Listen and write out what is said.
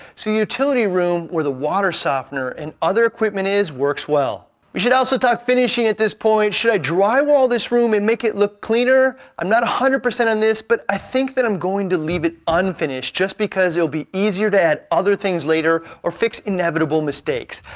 so a utility room where the water softener and other equipment is works well. we should also talk finishing at this point. should i drywall this room and make it look cleaner? i'm not one hundred percent on this, but i think that i'm going to leave it unfinished just because it will be easier to add other things later or fix inevitable mistakes.